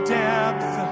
depth